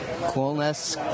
Coolness